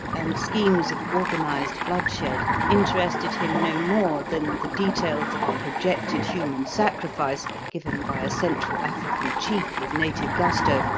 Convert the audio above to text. and schemes of organised bloodshed interested him no more than the details of a projected human sacrifice, given by a central african chief with native gusto,